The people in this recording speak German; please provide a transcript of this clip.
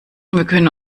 können